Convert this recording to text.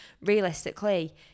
realistically